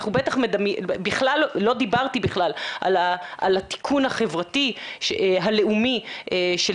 ולא דיברתי בכלל על התיקון החברתי הלאומי של